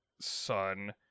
son